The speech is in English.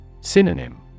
Synonym